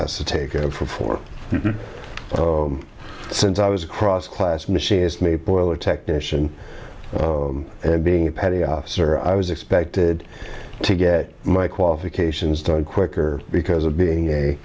has to take it over for since i was across class machinist mate boiler technician and being a petty officer i was expected to get my qualifications done quicker because of being a